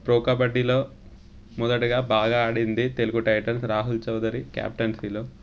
pro కబడ్డీలో మొదటిగా బాగా ఆడింది తెలుగు టైటన్స్ రాహుల్ చౌదరి క్యాప్టన్సీలో